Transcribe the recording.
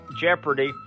Jeopardy